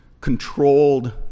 controlled